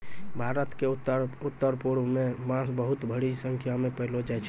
भारत क उत्तरपूर्व म बांस बहुत भारी संख्या म पयलो जाय छै